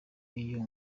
iyo